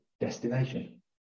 destination